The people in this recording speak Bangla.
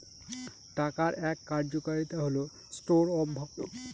টাকার এক কার্যকারিতা হল স্টোর অফ ভ্যালু